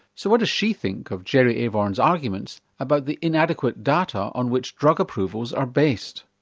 so what does she think of jerry avorn's arguments about the inadequate data on which drug approvals are based?